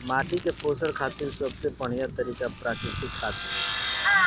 माटी के पोषण खातिर सबसे बढ़िया तरिका प्राकृतिक खाद हवे